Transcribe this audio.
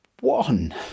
one